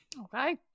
Okay